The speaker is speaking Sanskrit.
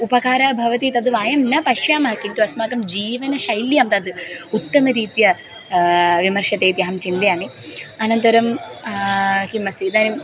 उपकारः भवति तत् वयं न पश्यामः किन्तु अस्माकं जीवनशैल्यां तत् उत्तमरीत्या विमर्शते इति अहं चिन्तयामि अनन्तरं किमस्ति इदानीम्